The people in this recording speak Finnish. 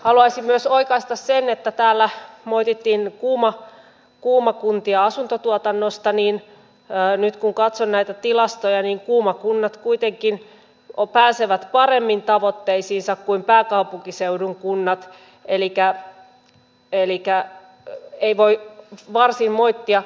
haluaisin myös oikaista sen että täällä moitittiin kuuma kuntia asuntotuotannosta niin nyt kun katson näitä tilastoja niin kuuma kunnat kuitenkin pääsevät paremmin tavoitteisiinsa kuin pääkaupunkiseudun kunnat elikä ei voi varsin moittia